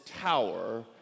tower